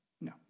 No